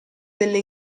delle